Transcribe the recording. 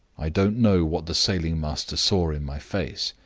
i don't know what the sailing-master saw in my face.